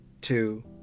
two